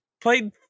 played